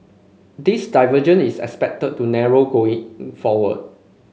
this divergence is expected to narrow going forward